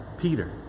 Peter